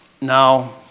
Now